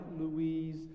Louise